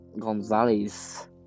Gonzalez